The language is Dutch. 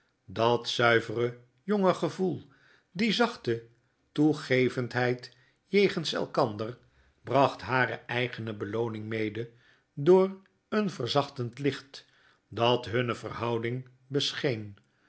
dat zulvere jonge gevoel die zachte toegevendheid jegens elkander bracht hare eigene belooning mede door een verzachtend hcht dat hunne verhouding bescheen